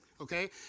okay